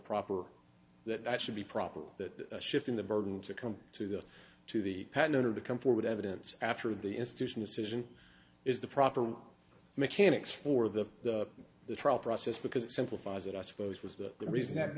proper that that should be proper that shifting the burden to come to the to the pattern or to come forward evidence after the institution decision is the proper mechanics for the the trial process because it simplifies it i suppose was that the reason that